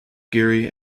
geary